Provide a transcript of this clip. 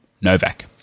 Novak